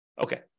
Okay